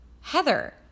Heather